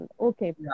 Okay